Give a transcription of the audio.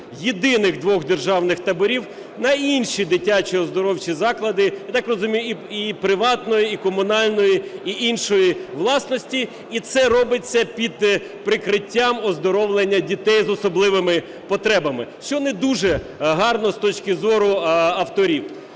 єдиних двох державних таборів, на інші дитячі оздоровчі заклади, я так розумію, і приватної, і комунальної, і іншої власності, і це робиться під прикриттям оздоровлення дітей з особливими потребами, що не дуже гарно з точки зору авторів.